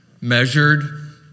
measured